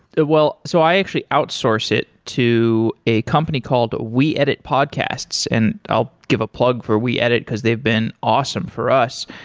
well, so i actually outsource it to a company called we edit podcasts, and i'll give a plug for we edit, because they've been awesome for us.